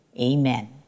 Amen